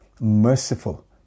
Merciful